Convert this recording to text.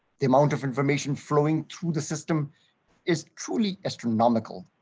the amount of information flowing to the system is truly astronomical